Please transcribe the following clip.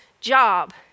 job